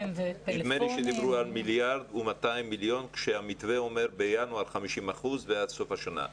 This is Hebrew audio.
נדמה לי שדיברו על 1.2 מיליארד כשהמתווה אומר בינואר 50% ועד סוף השנה.